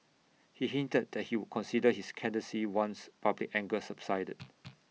he hinted that he would consider his candidacy once public anger subsided